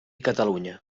catalunya